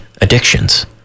addictions